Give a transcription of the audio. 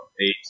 eight